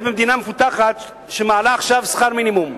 במדינה מפותחת שמעלה עכשיו שכר מינימום.